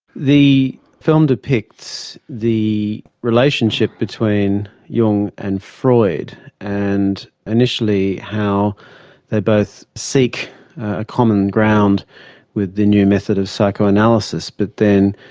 the film depicts the relationship between jung and freud and initially how they both seek a common ground with the new method of psychoanalysis but then,